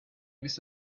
this